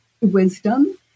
wisdom